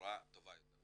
בצורה טובה יותר.